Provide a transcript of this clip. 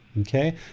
okay